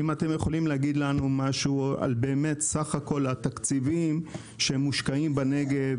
אם אתם יכולים להגיד לנו משהו על סך כל התקציבים שמושקעים בנגב,